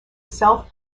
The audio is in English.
self